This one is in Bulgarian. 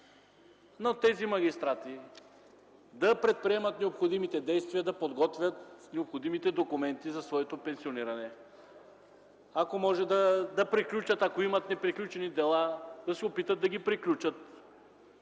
на тези магистрати да предприемат необходимите действия, да подготвят необходимите документи за своето пенсиониране, ако могат, ако имат неприключени дела, да се опитат да ги приключат,